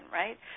right